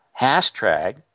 Hashtag